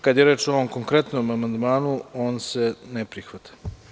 Kada je reč o ovom konkretnom amandmanu, on se ne prihvata.